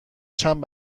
چند